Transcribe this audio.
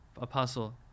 apostle